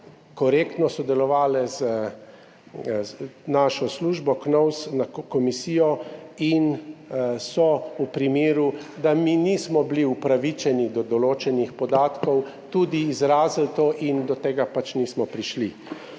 korektno sodelovali z našo službo KNOVS, komisijo, in so v primeru, da mi nismo bili upravičeni do določenih podatkov, tudi izrazili to in do tega pač nismo prišli.